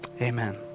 Amen